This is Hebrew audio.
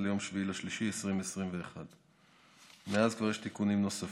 ליום 7 במרץ 2021. מאז כבר יש תיקונים נוספים,